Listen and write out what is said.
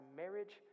marriage